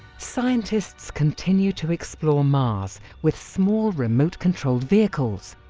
scientists continue to explore mars with small remote-controlled vehicles,